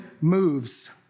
moves